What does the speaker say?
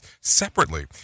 separately